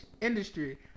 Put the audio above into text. industry